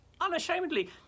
unashamedly